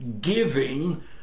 giving